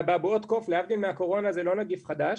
אבעבועות קוף, להבדיל מהקורונה, זה לא נגיף חדש,